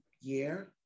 year